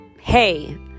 hey